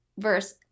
verse